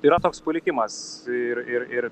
yra toks palikimas ir ir ir